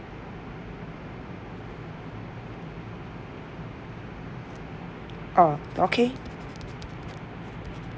orh okay